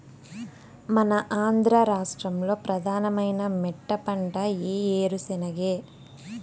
మన ఆంధ్ర రాష్ట్రంలో ప్రధానమైన మెట్టపంట ఈ ఏరుశెనగే